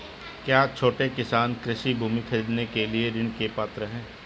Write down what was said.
क्या छोटे किसान कृषि भूमि खरीदने के लिए ऋण के पात्र हैं?